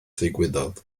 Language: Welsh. ddigwyddodd